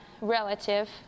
relative